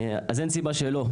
ואין סיבה שלא.